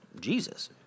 Jesus